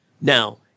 Now